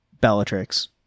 Bellatrix